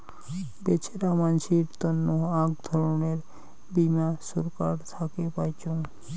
বেছেরা মানসির তন্ন আক ধরণের বীমা ছরকার থাকে পাইচুঙ